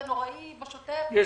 שהיא חמורה ונוראית בשוטף --- אני